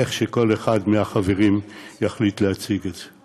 איך שכל אחד מהחברים יחליט להציג את זה,